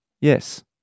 Yes